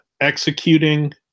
executing